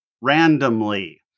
Randomly